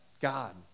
God